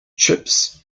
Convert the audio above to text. chips